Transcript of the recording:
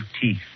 teeth